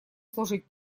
служить